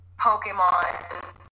Pokemon